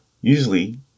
usually